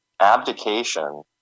abdication